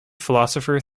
philosopher